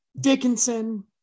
Dickinson